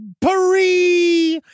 Paris